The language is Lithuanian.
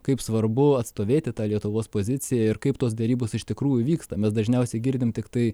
kaip svarbu atstovėti tą lietuvos poziciją ir kaip tos derybos iš tikrųjų vyksta mes dažniausiai girdim tiktai